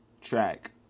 track